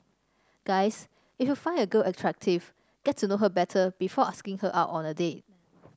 guys if you find a girl attractive get to know her better before asking her out on a date